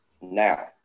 now